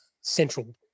central